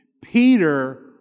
Peter